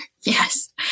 Yes